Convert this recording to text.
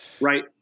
Right